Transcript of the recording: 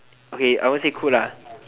okay I won't say cool lah